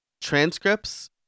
transcripts